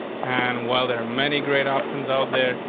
and while there are many great options out there,